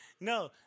No